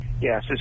Yes